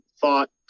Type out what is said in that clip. thought